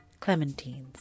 Clementines